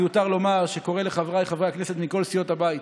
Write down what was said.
מיותר לומר שאני קורא לחבריי חברי הכנסת מכל סיעות הבית